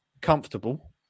comfortable